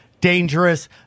dangerous